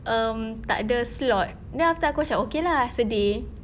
um tak ada slot then after aku macam okay lah sedih